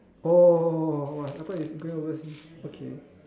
oh oh oh I thought you going overseas okay